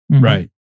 Right